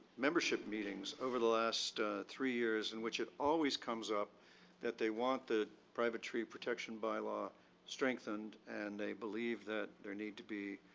membership meetings over the last three years in which it always comes that they want the private tree protection by law strengthened and they believe that there need to be